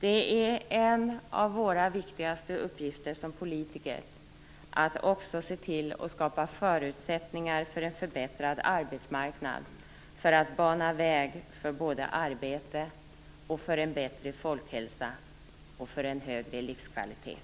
Det är en av våra viktigaste uppgifter som politiker att se till att skapa förutsättningar för en förbättrad arbetsmarknad för att bana väg för arbete, en bättre folkhälsa och en högre livskvalitet.